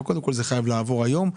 אבל קודם כל זה חייב לעבור היום.